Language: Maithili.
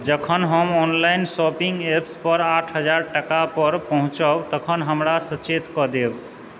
जखन हम ऑनलाइन शॉपिंग ऍप्स पर आठ हजार टका पर पहुँचब तखन हमरा सचेत कऽ देब